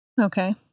Okay